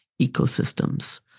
ecosystems